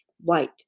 white